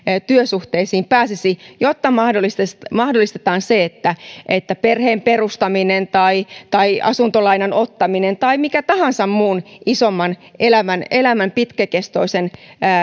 työsuhteisiin pääsisi jotta mahdollistetaan se että että perheen perustaminen tai tai asuntolainan ottaminen tai mikä tahansa muu isompi elämän elämän pitkäkestoinen